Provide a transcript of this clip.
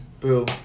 Boom